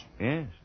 Yes